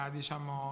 diciamo